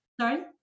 Sorry